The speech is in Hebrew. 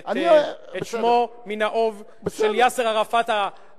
את שמו של יאסר ערפאת מן האוב,